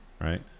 right